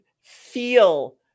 feel